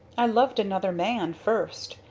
i loved another man, first,